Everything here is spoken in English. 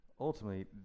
ultimately